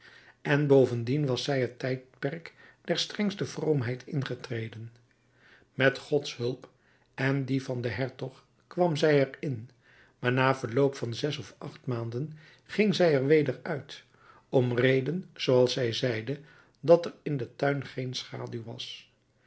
en bovendien was zij het tijdperk der strengste vroomheid ingetreden met gods hulp en die van den hertog kwam zij er in maar na verloop van zes of acht maanden ging zij er weder uit om reden zooals zij zeide dat er in den tuin geen schaduw was